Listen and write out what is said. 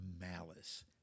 malice